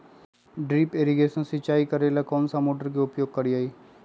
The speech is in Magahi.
ड्रिप इरीगेशन सिंचाई करेला कौन सा मोटर के उपयोग करियई?